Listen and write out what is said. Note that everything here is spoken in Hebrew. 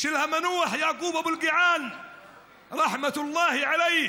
של המנוח יעקוב אבו אלקיעאן (אומר בערבית: רחמי האל עליו.